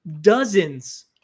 dozens